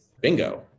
bingo